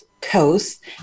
Coast